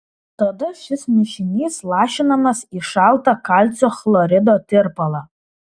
tada šis mišinys lašinamas į šaltą kalcio chlorido tirpalą